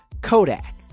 Kodak